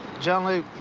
john luke,